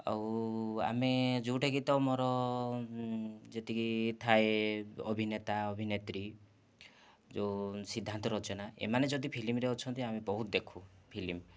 ଆଉ ଆମେ ଯେଉଁଟାକୀ ତ ଆମର ଯେତିକି ଥାଏ ଅଭିନେତା ଅଭିନେତ୍ରୀ ଯେଉଁ ସିଦ୍ଧାନ୍ତ ରଚନା ଏମାନେ ଯଦି ଫିଲିମ୍ ରେ ଅଛନ୍ତି ଆମେ ବହୁତ ଦେଖୁ ଫିଲିମ୍